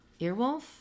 Earwolf